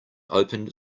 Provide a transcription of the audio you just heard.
opened